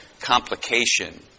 complication